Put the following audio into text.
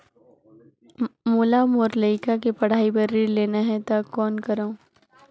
मोला मोर लइका के पढ़ाई बर ऋण लेना है तो कौन करव?